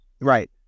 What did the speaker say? Right